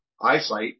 eyesight